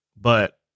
But-